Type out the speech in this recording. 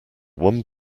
one